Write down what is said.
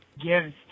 gives